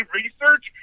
research